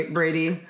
Brady